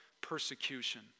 persecution